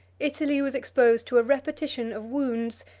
italy was exposed to a repetition of wounds,